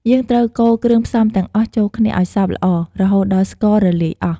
យើងត្រូវកូរគ្រឿងផ្សំទាំងអស់ចូលគ្នាឱ្យសព្វល្អ រហូតដល់ស្កររលាយអស់។